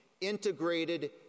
Integrated